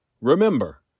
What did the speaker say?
Remember